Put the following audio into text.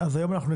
אם כן,